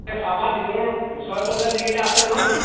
এ চাবা নিজৰ ওচৰে পাজৰে যিকেইটা আছে নহয়